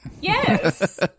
Yes